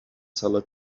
seller